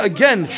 Again